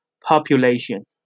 population